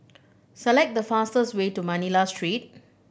select the fastest way to Manila Street